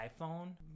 iphone